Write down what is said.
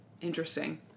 Interesting